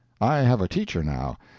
i have a teacher now,